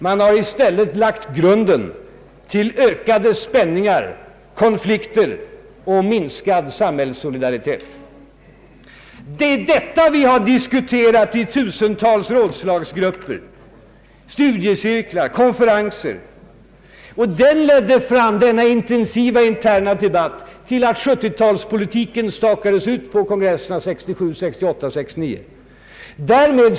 Man har i stället lagt grunden till ökade spänningar, konflikter och minskad samhällssolidaritet. Det är detta vi diskuterat i tusentals rådslagsgrupper, studiecirklar och på konferenser. Denna intensiva interna debatt ledde fram till att 1970-talspolitiken stakades ut på kongresserna 1967, 1968 och 1969.